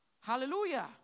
Hallelujah